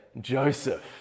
Joseph